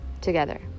together